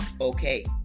okay